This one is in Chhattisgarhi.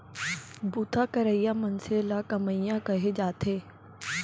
बूता करइया मनसे ल कमियां कहे जाथे